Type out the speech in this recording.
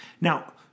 Now